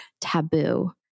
taboo